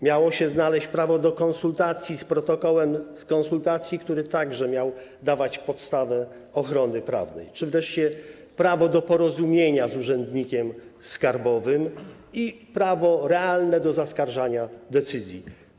Miało się tam znaleźć prawo do konsultacji, z protokołem konsultacji, który także miał dawać podstawę ochrony prawnej, czy wreszcie prawo do porozumienia z urzędnikiem skarbowym i realne prawo do zaskarżania decyzji.